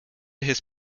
his